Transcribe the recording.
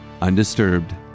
undisturbed